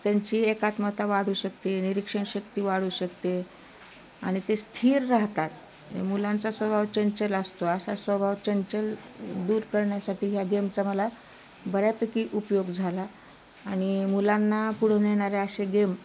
त्यांची एकात्मता वाढू शकते निरीक्षणशक्ती वाढू शकते आणि ते स्थिर राहतात मुलांचा स्वभाव चंचल असतो असा स्वभाव चंचल दूर करण्यासाठी ह्या गेमचा मला बऱ्यापैकी उपयोग झाला आणि मुलांना पुढे नेणारे असे गेम